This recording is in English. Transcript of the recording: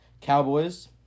Cowboys